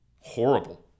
horrible